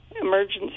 emergency